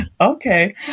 Okay